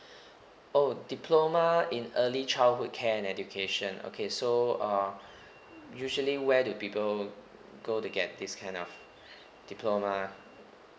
oh diploma in early childhood care and education okay so uh usually where do people go to get this kind of diploma